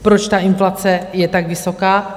Proč ta inflace je tak vysoká?